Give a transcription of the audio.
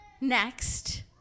next